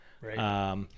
Right